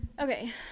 Okay